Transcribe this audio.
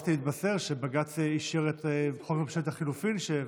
שמחתי להתבשר שבג"ץ אישר את חוק ממשלת החילופים שהעברנו.